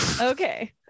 Okay